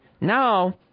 Now